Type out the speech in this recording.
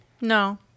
No